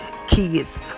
Kids